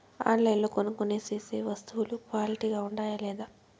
ఆన్లైన్లో కొనుక్కొనే సేసే వస్తువులు క్వాలిటీ గా ఉండాయా లేదా?